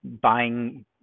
buying